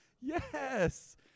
Yes